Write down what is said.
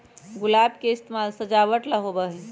गुलाब के इस्तेमाल सजावट ला होबा हई